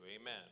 Amen